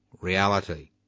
reality